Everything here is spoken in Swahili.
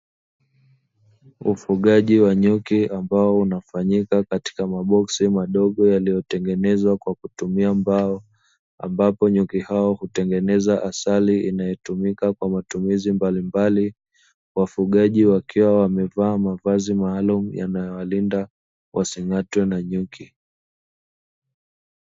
Ufugaji wa nyuki ambao unafanyika katika maboksi madogo yaliyotengenezwa kwa kutumia mbao, ambapo nyuki hao hutengeneza asali inayotumika kwa matumizi mbalimbali; wafugaji, wakiwa wamevaa mavazi maalumu yanayowalinda wasing'atwe na nyuki.